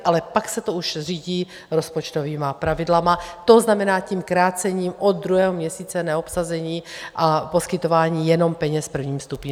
Ale pak se to už řídí rozpočtovými pravidly, to znamená, tím krácením od druhého měsíce neobsazení a poskytování jenom peněz v prvním stupni.